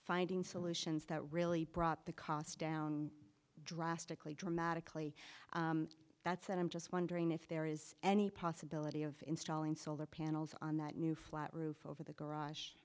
finding solutions that really brought the cost down drastically dramatically that's and i'm just wondering if there is any possibility of installing solar panels on that new flat roof over the garage